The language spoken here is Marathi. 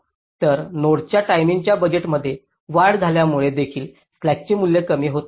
तर नोडच्या टाईमच्या बजेटमध्ये वाढ झाल्यामुळे देखील स्लॅकचे मूल्य कमी होईल